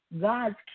God's